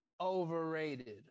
Overrated